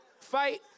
fight